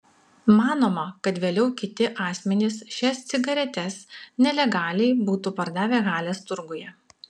manoma kad vėliau kiti asmenys šias cigaretes nelegaliai būtų pardavę halės turguje